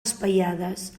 espaiades